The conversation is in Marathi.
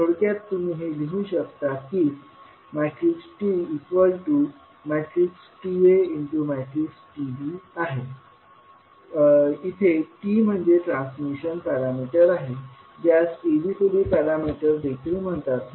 थोडक्यात तुम्ही हे लिहू शकता की TTaTb इथे T म्हणजे ट्रांसमिशन पॅरामीटर आहे ज्यास ABCD पॅरामीटर देखील म्हणतात